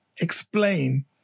explain